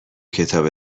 کتاب